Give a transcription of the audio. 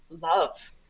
love